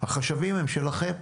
החשבים הם שלכם.